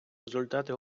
результати